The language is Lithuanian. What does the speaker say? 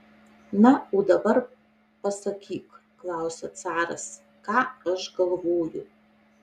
na o dabar pasakyk klausia caras ką aš galvoju